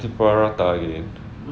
roti prata again